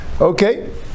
Okay